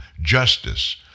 justice